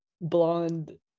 blonde